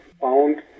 found